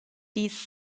dies